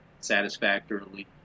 satisfactorily